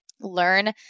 learn